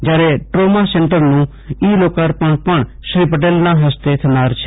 જયારે દ્રોમા સેન્ટરનું ઇ લોકાર્પણ પણ શ્રી પટે લના હ સ્તે થનાર છે